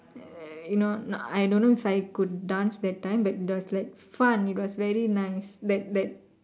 err you know I don't know if I could dance that time but it was like fun it was very nice that that